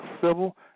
civil